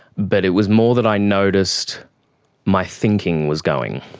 but it was more that i noticed my thinking was going.